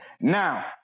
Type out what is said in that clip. Now